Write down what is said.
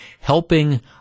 helping